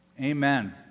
Amen